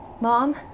mom